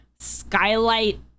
skylight